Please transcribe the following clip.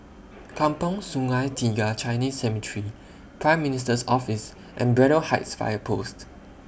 Kampong Sungai Tiga Chinese Cemetery Prime Minister's Office and Braddell Heights Fire Post